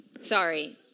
sorry